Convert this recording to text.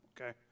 okay